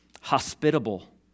hospitable